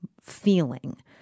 feeling